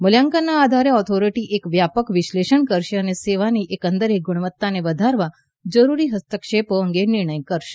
મૂલ્યાંકનના આધારે ઓથોરિટી એક વ્યાપક વિશ્લેષણ કરશે અને સેવાની એકંદર ગુણવત્તાને વધારવા જરૂરી હસ્તક્ષેફો અંગે નિર્ણય કરશે